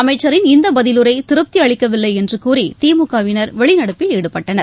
அமைச்சரின் இந்த பதிலுரை திருப்தியளிக்கவில்லை என்று கூறி திமுகவினர் வெளிநடப்பில் ஈடுபட்டனர்